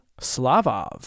Slavov